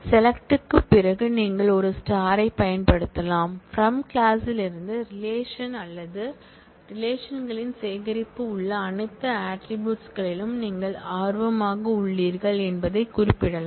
select க்கு பிறகு நீங்கள் ஒரு பயன்படுத்தலாம் பிரம் கிளாஸ் ல் இருந்து ரிலேஷன் அல்லது ரிலேஷன் களின் சேகரிப்பு உள்ள அனைத்து ஆட்ரிபூட்ஸ் களிலும் நீங்கள் ஆர்வமாக உள்ளீர்கள் என்பதைக் குறிப்பிடலாம்